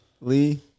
Lee